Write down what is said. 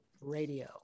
radio